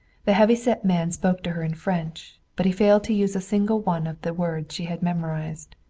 the heavy-set man spoke to her in french, but he failed to use a single one of the words she had memorized.